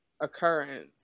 occurrence